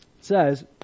says